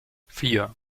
vier